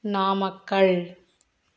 Namakkal